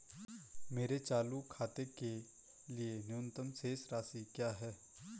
मेरे चालू खाते के लिए न्यूनतम शेष राशि क्या है?